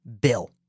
bill